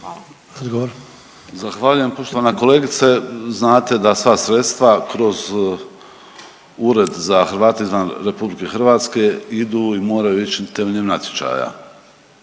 (HDZ)** Zahvaljujem. Poštovana kolegice znate da sva sredstva kroz Ured za Hrvate izvan RH idu i moraju ići temeljem natječaja.